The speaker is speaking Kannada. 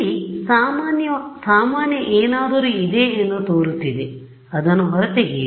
ಇಲ್ಲಿ ಅಸಾಮಾನ್ಯ ಏನಾದರೂ ಇದೆ ಎಂದು ತೋರುತ್ತಿದೆ ಅದನ್ನು ಹೊರತೆಗೆಯಿರಿ